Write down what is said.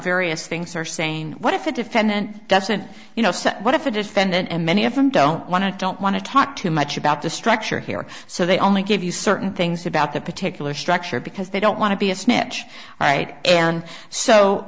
various things are saying what if a defendant doesn't you know so what if a defendant and many of them don't want to don't want to talk too much about the structure here so they only give you certain things about that particular structure because they don't want to be a snitch right and so